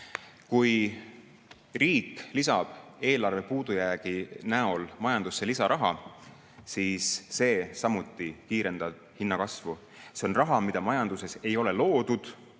Kui riik lisab eelarvepuudujäägi olemasolul majandusse lisaraha, siis see kiirendab samuti hinnakasvu. See on raha, mida majanduses ei ole loodud.